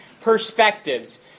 perspectives